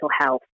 health